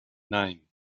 nein